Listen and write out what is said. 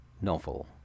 novel